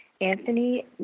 Anthony